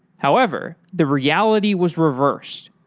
however, the reality was reversed.